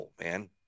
man